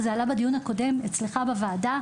זה עלה בדיון הקודם אצלך בוועדה,